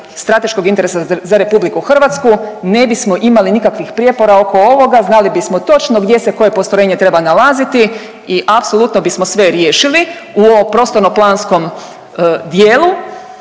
strateškog interesa za RH ne bismo imali nikakvih prijepora oko ovoga. Znali bismo točno gdje se koje postrojenje treba nalaziti i apsolutno bismo sve riješili u ovom prostorno-planskom dijelu